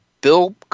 Bill